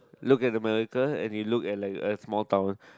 look at America and you look at like a small town